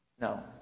No